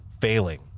failing